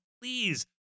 please